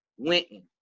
Wenton